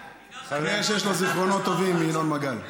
כנראה שיש לו זיכרונות טובים מינון מגל.